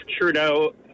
Trudeau